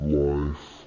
life